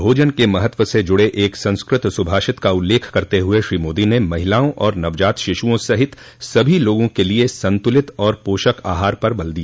भोजन के महत्व से जुड़े एक संस्कृत सुभाषित का उल्लेख करते हुए श्री मोदी ने महिलाओं और नवजात शिशुओं सहित सभी लोगों के लिए संतुलित और पोषक आहार पर जोर दिया